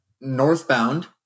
Northbound